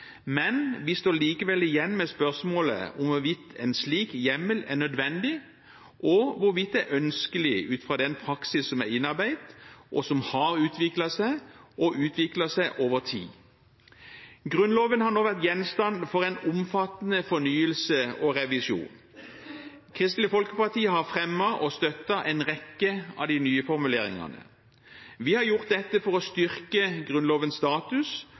Vi står likevel igjen med spørsmålet om hvorvidt en slik hjemmel er nødvendig, og hvorvidt det er ønskelig ut fra den praksis som er innarbeidet, og som har utviklet seg – og utviklet seg over tid. Grunnloven har nå vært gjenstand for en omfattende fornyelse og revisjon. Kristelig Folkeparti har fremmet og støttet en rekke av de nye formuleringene. Vi har gjort dette for å styrke Grunnlovens status